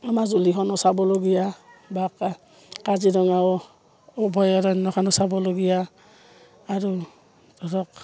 মাজুলীখনো চাবলগীয়া বা কাজিৰঙাও অভয়াৰণ্যখনো চাবলগীয়া আৰু ধৰক